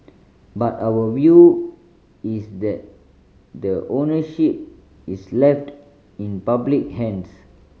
but our view is that the ownership is left in public hands